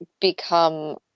become